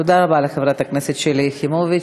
תודה רבה לחברת הכנסת שלי יחימוביץ.